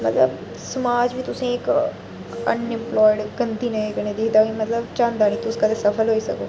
मतलब समाज बी तुसें गी इक अनइंपलोयड गंदी नजर कन्नै दिक्खदा इ'यां मतलब चाह्ंदा नी कि तुस कदें सफल होई सको